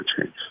change